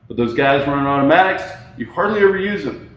those guys running automatics you hardly ever use them.